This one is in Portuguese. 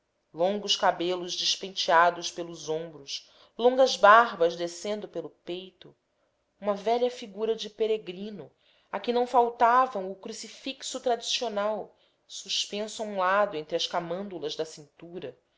longos cabelos despenteados pelos ombros longas barbas descendo pelo peito uma velha figura de peregrino a que não faltavam o crucifixo tradicional suspenso a um lado entre as camândulas da cintura